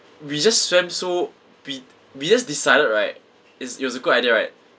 we just swam so we we just decided right is it was a good idea right